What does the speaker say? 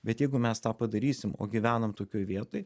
bet jeigu mes tą padarysim o gyvenam tokioj vietoj